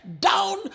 down